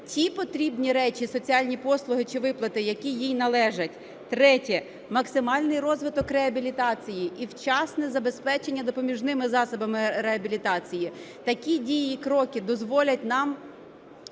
ті потрібні речі, соціальні послуги чи виплати, які їй належать. Третє. Максимальний розвиток реабілітації і вчасне забезпечення допоміжними засобами реабілітації. Такі дії і кроки дозволять нам